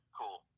cool